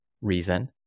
reason